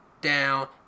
down